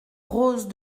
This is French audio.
rose